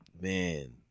man